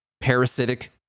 Parasitic